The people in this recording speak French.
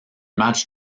matchs